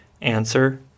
Answer